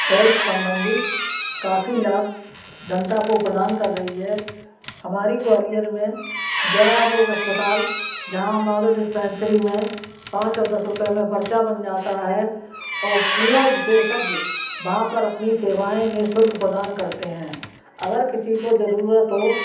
health संबंधी काफ़ी लाभ जनता को प्रदान कर रही है हमारी ग्वालियर में जाया रोग अस्पताल जहाँ हमारी डिस्पेंसरी में पाँच और दस रुपये में पर्चा बन जाता है और पूर्ण विशेषज्ञ वहाँ पर अपनी सेवाऍं निशुल्क प्रदान करते हैं अगर किसी को ज़रूरत हो